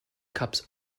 cups